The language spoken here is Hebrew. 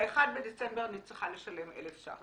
ב-1 בדצמבר אני צריכה לשלם 1,000 ₪.